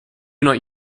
not